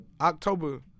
October